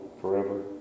forever